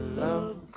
love